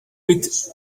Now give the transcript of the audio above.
with